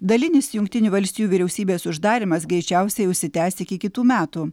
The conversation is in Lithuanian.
dalinis jungtinių valstijų vyriausybės uždarymas greičiausiai užsitęs iki kitų metų